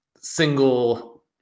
single